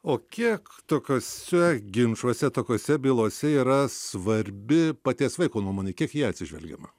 o kiek tokiuose ginčuose tokiose bylose yra svarbi paties vaiko nuomonė kiek į ją atsižvelgiama